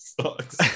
sucks